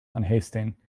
unhasting